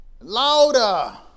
Louder